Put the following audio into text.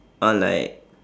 or like